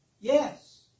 Yes